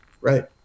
right